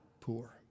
poor